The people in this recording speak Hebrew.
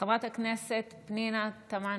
חברת הכנסת פנינה תמנו